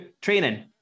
Training